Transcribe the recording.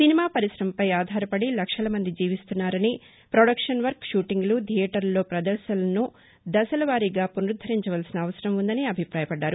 cinema పరిశమపై ఆధారపడి లక్షల మంది జీవిస్తున్నారని ప్రొడక్షన్ వర్క్ షూటింగ్లు థియేటర్లలో పదర్శనలను దశలవారీగా పునరుద్దరించాల్సిన అవసరం ఉందని అభిపాయపడ్దారు